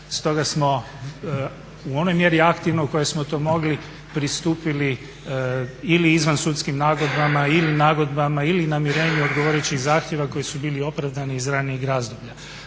Stoga smo u onoj mjeri aktivno u kojoj smo to mogli pristupili ili izvansudskim nagodbama ili nagodbama ili namirenju odgovarajući zahtjeva koji su bili opravdani iz ranijih razloga.